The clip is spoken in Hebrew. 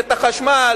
את החשמל,